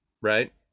right